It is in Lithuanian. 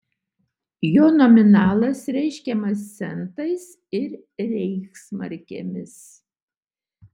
jo nominalas reiškiamas centais ir reichsmarkėmis